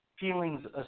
Feelings